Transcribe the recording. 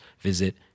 visit